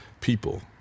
people